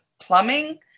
plumbing